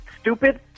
stupid